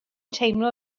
teimlo